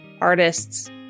artists